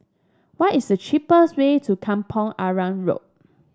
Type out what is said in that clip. what is the cheapest way to Kampong Arang Road